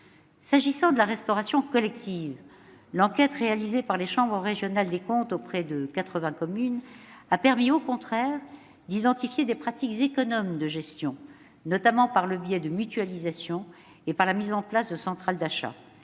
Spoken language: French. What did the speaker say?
S'agissant de la restauration collective, l'enquête réalisée par les chambres régionales des comptes auprès de 80 communes a permis au contraire d'identifier des pratiques économes de gestion, en particulier par le biais de mutualisations et par la mise en place de centrales d'achat.